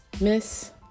Miss